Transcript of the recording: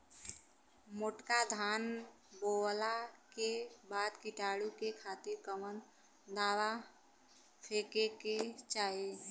मोटका धान बोवला के बाद कीटाणु के खातिर कवन दावा फेके के चाही?